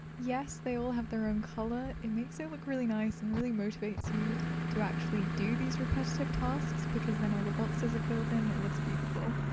yes, they all have their own colour it makes it look really nice and really motivates you to actually do these repetitive tasks because then all the boxes are filled in and it looks beautiful!